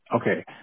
okay